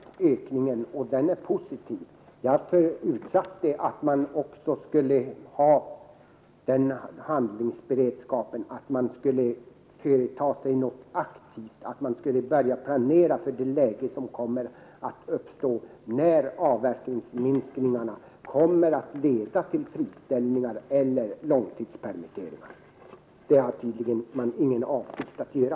Herr talman! Jag har noterat denna ökning, och den är positiv. Jag förutsatte att man också skulle ha den handlingsberedskapen att man skulle företa sig något aktivt, att man skulle börja planera för det läge som uppstår när avverkningsminskningarna kommer att leda till friställningar eller långtidspermitteringar. Men det har man tydligen ingen avsikt att göra.